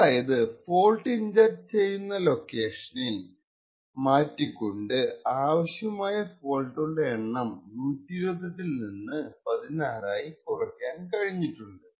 അതായത fault inject ചെയ്യുന്ന location മാറ്റിക്കൊണ്ട് ആവശ്യമായ ഫോൾട്ടുകളുടെ എണ്ണം 128 ൽ നിന്ന് 16 കുറയ്ക്കാൻ കഴിഞ്ഞിട്ടുണ്ട്